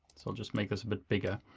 so i'll just make this a bit bigger,